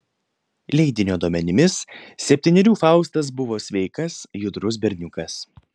leidinio duomenimis septynerių faustas buvo sveikas judrus berniukas